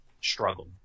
struggle